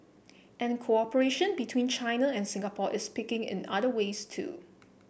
and cooperation between China and Singapore is picking in other ways too